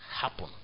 happen